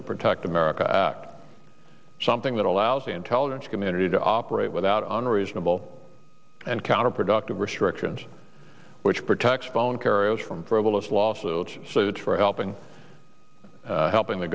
the protect america act something that allows the intelligence community to operate without unreasonable and counterproductive restrictions which protects phone carriers from frivolous lawsuits so you try helping helping the